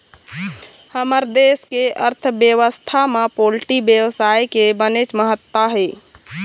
हमर देश के अर्थबेवस्था म पोल्टी बेवसाय के बनेच महत्ता हे